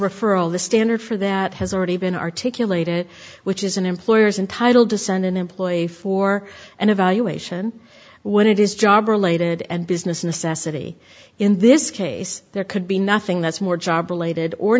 referral the standard for that has already been articulated which is an employer's entitled to send an employee for an evaluation when it is job related and business necessity in this case there could be nothing that's more job related or